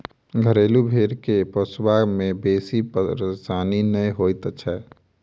घरेलू भेंड़ के पोसबा मे बेसी परेशानी नै होइत छै